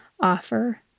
offer